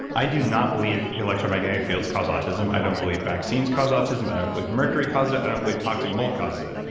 i do not believe electromagnetic fields cause autism. i don't believe vaccines cause autism. i don't believe mercury causes it. i don't believe toxic mold causes it.